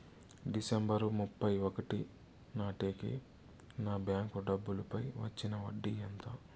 December ముప్పై ఒకటి నాటేకి నా బ్యాంకు డబ్బుల పై వచ్చిన వడ్డీ ఎంత?